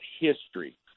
history